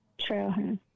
Trailhead